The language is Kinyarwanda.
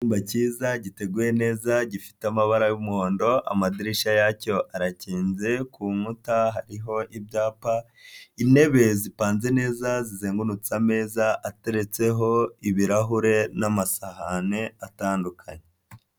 Icyumba cyiza, giteguye neza, gifite amabara y'umuhondo, amadirishya yacyo arakinze, ku nkuta hariho ibyapa, intebe zipanze neza, zizengurutse ameza, ateretseho ibirahure n'amasahani atandukanye.